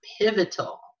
pivotal